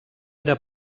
era